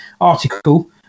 article